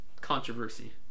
controversy